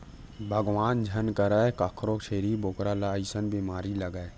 भगवान झन करय कखरो छेरी बोकरा ल अइसन बेमारी लगय